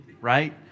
right